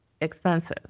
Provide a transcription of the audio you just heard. expensive